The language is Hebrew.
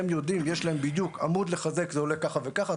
יש להם עמוד לחזק והם יודעים כמה זה עולה,